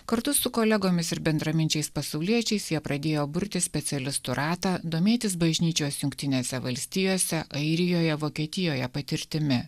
kartu su kolegomis ir bendraminčiais pasauliečiais jie pradėjo burti specialistų ratą domėtis bažnyčios jungtinėse valstijose airijoje vokietijoje patirtimi